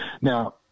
Now